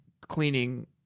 cleaning